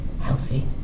healthy